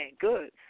good